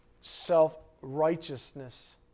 self-righteousness